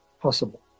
possible